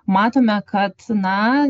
matome kad na